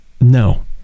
no